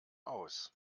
aus